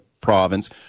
province